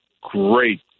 great